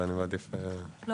ואני מעדיף לא להיכנס.